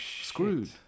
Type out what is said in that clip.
screwed